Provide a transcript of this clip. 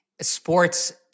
sports